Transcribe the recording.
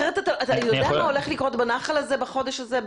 אחרת אתה יודע מה הולך לקרות בנחל הזה בחודש הזה,